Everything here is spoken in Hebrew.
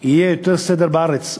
יהיה יותר סדר בארץ.